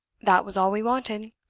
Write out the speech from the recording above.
that was all we wanted.